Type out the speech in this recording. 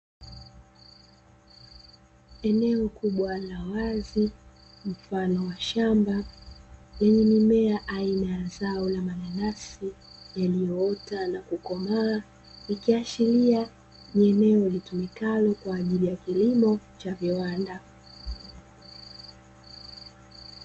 Eneo kubwa la wazi mfano wa shamba lenye mimea mfano aina ya zao la mananasi iliyo ota na kukomaa ikiashiria ni eneo lilotumikalo kwa ajili ya kilimo cha viwanda.